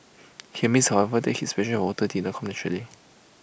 he admits however that his passion water did not come naturally